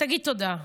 תגיד תודה.